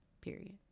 period